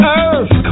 earth